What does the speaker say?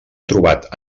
trobat